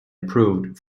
approved